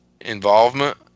involvement